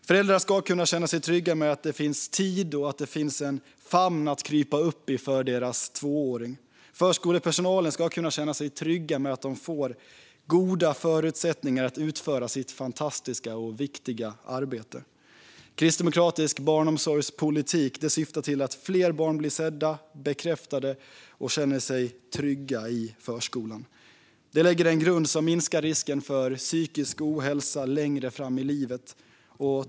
Föräldrar ska kunna känna sig trygga med att det finns tid och att det finns en famn att krypa upp i för deras tvååring. Förskolepersonalen ska kunna känna sig trygga med att de får goda förutsättningar att utföra sitt fantastiska och viktiga arbete. Kristdemokratisk barnomsorgspolitik syftar till att fler barn ska bli sedda, bekräftade och känna sig trygga i förskolan. Det lägger en grund som minskar risken för psykisk ohälsa längre fram i livet.